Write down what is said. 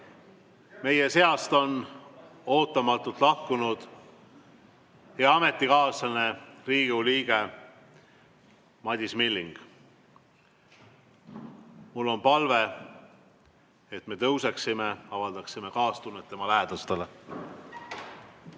Meie seast on ootamatult lahkunud hea ametikaaslane, Riigikogu liige Madis Milling. Mul on palve, et me tõuseksime ja avaldaksime kaastunnet tema lähedastele.